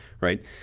Right